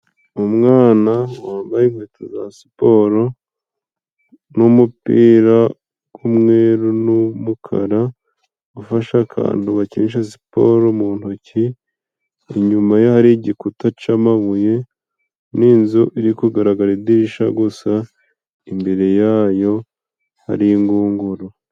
Umwana wambaye inkweto za siporo n'umupira w'umweru n'umukara, ufasha akantu bakinisha siporo mu ntoki, inyuma ye hari igikuta c'amabuye n'inzu iri kugaragara idirisha gusa, imbere ya yo hari ingunguru.